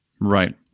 Right